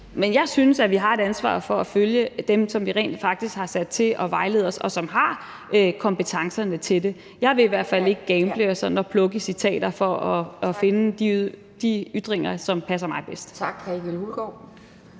men jeg synes, at vi har et ansvar for at følge dem, som vi rent faktisk har sat til at vejlede os, og som har kompetencerne til det. Jeg vil i hvert fald ikke gamble og sådan plukke i citater for at finde de ytringer, som passer mig bedst. Kl. 18:20 Anden